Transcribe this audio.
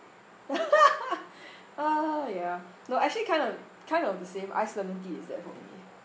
uh ya no actually kind of kind of the same ice lemon tea is that for me